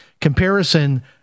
comparison